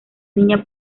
niña